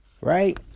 Right